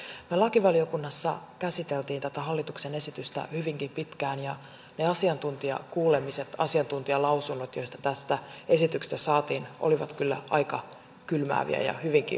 me lakivaliokunnassa käsittelimme tätä hallituksen esitystä hyvinkin pitkään ja ne asiantuntijakuulemiset asiantuntijalausunnot joita tästä esityksestä saatiin olivat kyllä aika kylmääviä ja hyvinkin yksiselitteisiä